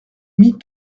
mit